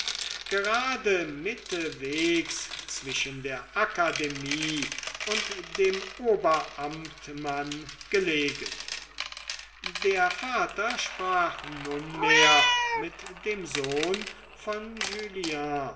gerade mittewegs zwischen der akademie und dem oberamtmann gelegen der vater sprach nunmehr mit dem sohn von